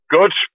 Good